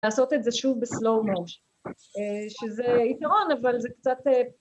לעשות את זה שוב ב-slow-motion, שזה יתרון אבל זה קצת...